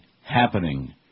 happening